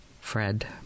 Fred